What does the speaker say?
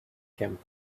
camp